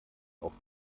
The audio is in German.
auch